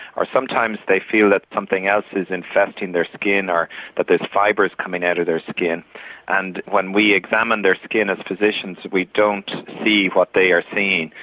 or sometimes they feel that something else is infesting their skin, or that there's fibres coming out of their skin and when we examine their skin as physicians we don't see what they are seeing.